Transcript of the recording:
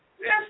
Yes